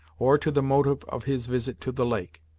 or to the motive of his visit to the lake.